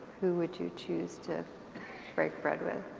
who would you choose to break bread with?